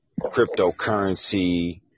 cryptocurrency